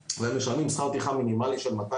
יש הרבה מאוד סיטואציות שאנשים עוברים והם לא יודעים